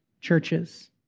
churches